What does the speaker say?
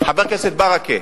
חבר הכנסת ברכה,